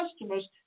customers